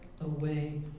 away